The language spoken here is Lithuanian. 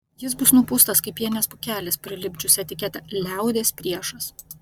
jis bus nupūstas kaip pienės pūkelis prilipdžius etiketę liaudies priešas